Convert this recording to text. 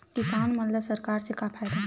किसान मन ला सरकार से का फ़ायदा हे?